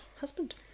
husband